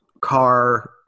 car